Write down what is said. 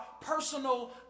personal